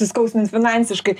nuskausmins finansiškai